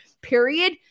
period